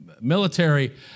military